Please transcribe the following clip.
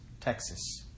Texas